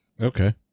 Okay